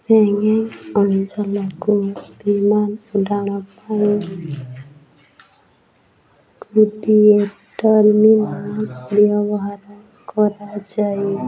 Schengen ଅଞ୍ଚଳକୁ ବିମାନ ଉଡ଼ାଣ ପାଇଁ ଗୋଟିଏ ଟର୍ମିନାଲ୍ ବ୍ୟବହାର କରାଯାଏ